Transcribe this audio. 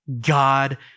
God